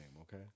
okay